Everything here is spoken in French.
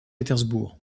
pétersbourg